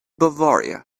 bavaria